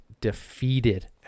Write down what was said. defeated